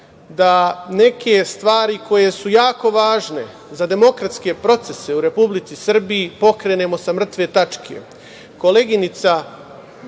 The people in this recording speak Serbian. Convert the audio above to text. da neke stvari koje su jako važne za demokratske procese u Republici Srbiji pokrenemo sa mrtve tačke.